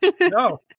No